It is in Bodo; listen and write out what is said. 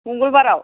मंगलबारआव